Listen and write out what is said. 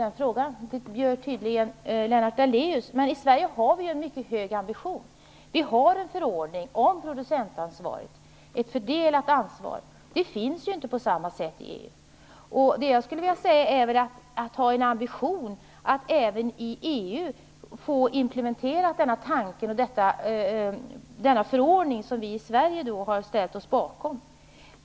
Det gör tydligen Lennart Daléus. I Sverige har vi en mycket hög ambition. Vi har en förordning om producentansvaret, ett fördelat ansvar. Det finns inte på samma sätt i EU. Så till frågan om vi bör ha en ambition att även i EU få implementerad denna tanke och denna förordning som vi i Sverige har ställt oss bakom.